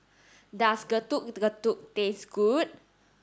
does Getuk Getuk taste good